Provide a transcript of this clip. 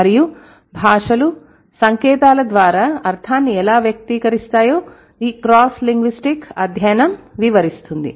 మరియు భాషలు సంకేతాల ద్వారా అర్థాన్ని ఎలా వ్యక్తీకరిస్తాయో ఈ క్రాస్ లింగ్విస్టిక్ అధ్యయనం వివరిస్తుంది